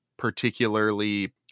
particularly